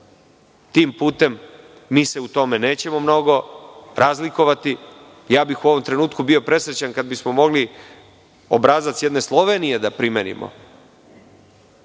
tim putem. Mi se u tome nećemo mnogo razlikovati. U ovom trenutku bih bio presrećan kada bismo mogli obrazac jedne Slovenije da primenimo,